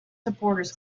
supporters